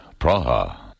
Praha